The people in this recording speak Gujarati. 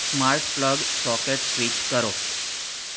સ્માર્ટ પ્લગ સોકેટ સ્વિચ કરો